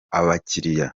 abakiriya